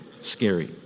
scary